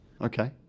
Okay